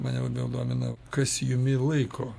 mane vėl domina kas jumi laiko